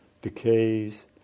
decays